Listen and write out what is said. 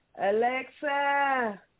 Alexa